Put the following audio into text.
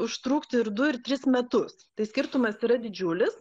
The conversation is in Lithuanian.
užtrukti ir du ir tris metus tai skirtumas yra didžiulis